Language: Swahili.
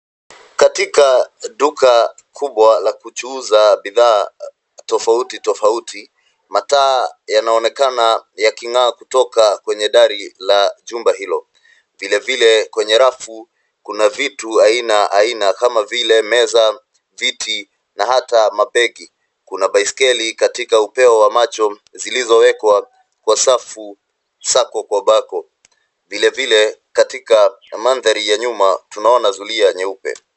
Katika duka kubwa la kuchuuza bidhaa tofauti tofauti, mataa yanaonekana yaking'aa kutoka kwenye dari la jumba hilo. Vile vile kwenye rafu kuna vitu aina aina kama vile: meza, viti na hata mabegi. Kuna baiskeli katika upeo wa macho zilizowekwa kwa safu, sako kwa bako. Vile vile katika mandhari ya nyuma tunaona zulia nyeupe.